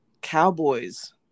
cowboys